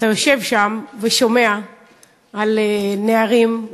אתה יושב שם ושומע על נערים,